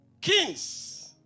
Kings